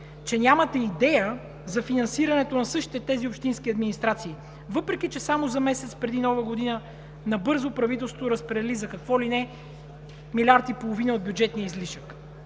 Нямате идея за финансирането на същите тези общински администрации, въпреки че само за месец преди Нова година правителството набързо разпредели за какво ли не милиард и половина от бюджетния излишък.